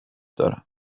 دارم